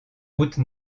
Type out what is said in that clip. route